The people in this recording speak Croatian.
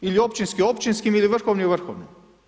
Ili općinski općinskim ili vrhovni vrhovnim.